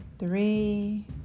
three